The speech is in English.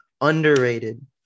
underrated